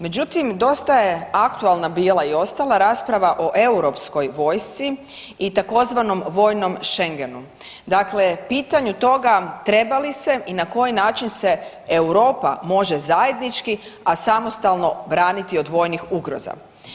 Međutim, dosta je aktualna bila i ostala rasprava o europskoj vojsci i o tzv. vojnom šengenu, dakle pitanju toga treba li se i na koji način se Europa može zajednički, a samostalno braniti od vojnih ugroza.